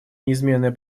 неизменная